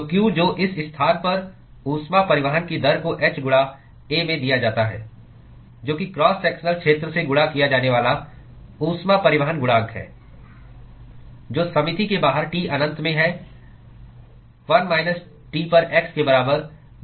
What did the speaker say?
तो q जो इस स्थान पर ऊष्मा परिवहन की दर को h गुणा A में दिया जाता है जो कि क्रॉस सेक्शनल क्षेत्र से गुणा किया जाने वाला ऊष्मा परिवहन गुणांक है जो समिति के बाहर T अनंत में है 1 माइनस T पर x के बराबर 0 जो T1 है